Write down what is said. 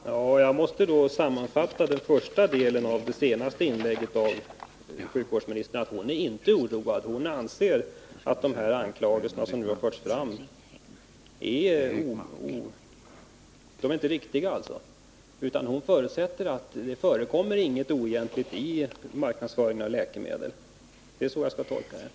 Herr talman! Jag måste sammanfatta den första delen av sjukvårdsministerns senaste inlägg så, att hon inte är oroad. Hon anser tydligen att de anklagelser som har förts fram är felaktiga. Sjukvårdsministern förutsätter tydligen att det inte förekommer några oegentligheter när det gäller marknadsföringen av läkemedel. Är det så jag skall tolka svaret?